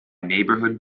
neighbourhood